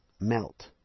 melt